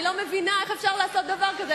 אני לא מבינה איך אפשר לעשות דבר כזה.